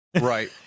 Right